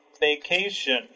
vacation